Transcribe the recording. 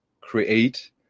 create